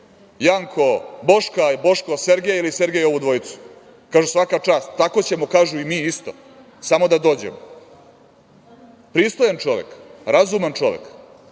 Janko Boška ili Boško Sergeja ili Sergej ovu dvojicu. Kažu – svaka čast, tako ćemo i mi isto samo da dođemo. Pristojan čovek, razuman čovek